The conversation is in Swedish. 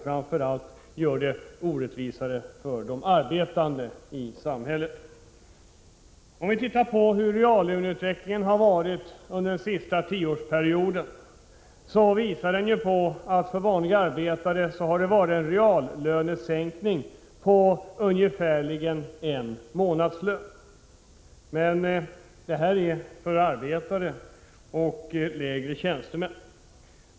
Framför allt blir det då ännu mera orättvist för de arbetande i samhället. Om vi tittar på reallöneutvecklingen under den senaste tioårsperioden, finner vi att reallönesänkningen för vanliga arbetare motsvarar ungefär en månadslön. Men det gäller alltså arbetare och lägre tjänstemän.